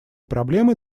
проблемы